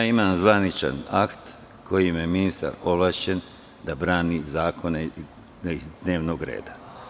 Ja imam zvaničan akt kojim je ministar ovlašćen da brani zakone iz dnevnog reda.